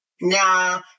Nah